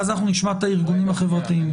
ואז נשמע את הארגונים החברתיים.